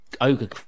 ogre